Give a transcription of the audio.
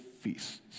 feasts